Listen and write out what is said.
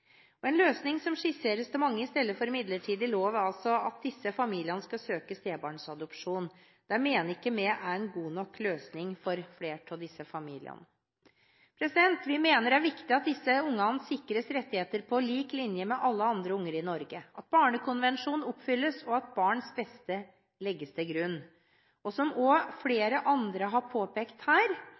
En løsning som skisseres av mange i stedet for en midlertidig lov, er at disse familiene skal søke om stebarnsadopsjon. Det mener ikke vi er en god nok løsning for flere av disse familiene. Vi mener det er viktig at disse ungene sikres rettigheter på lik linje med alle andre unger i Norge, at Barnekonvensjonen oppfylles, og at barns beste legges til grunn. Som også flere andre har påpekt her,